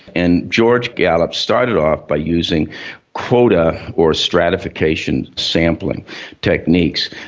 and george gallup started off by using quota or stratification sampling techniques.